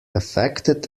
affected